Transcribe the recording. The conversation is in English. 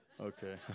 Okay